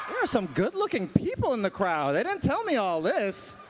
there are some good looking people in the crowd. they didn't tell me all this.